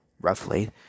roughly